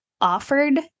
offered